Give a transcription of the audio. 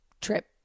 trip